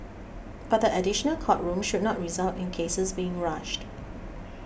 but the additional court rooms should not result in cases being rushed